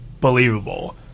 believable